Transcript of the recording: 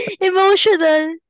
emotional